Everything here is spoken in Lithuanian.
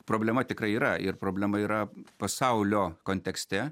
problema tikrai yra ir problema yra pasaulio kontekste